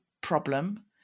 problem